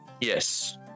Yes